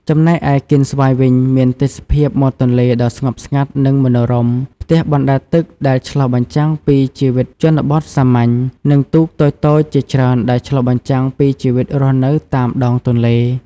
ចំណែកឯកៀនស្វាយវិញ មានទេសភាពមាត់ទន្លេដ៏ស្ងប់ស្ងាត់និងមនោរម្យ ផ្ទះបណ្តែតទឹកដែលឆ្លុះបញ្ចាំងពីជីវិតជនបទសាមញ្ញ និងទូកតូចៗជាច្រើនដែលឆ្លុះបញ្ចាំងពីជីវិតរស់នៅតាមដងទន្លេ។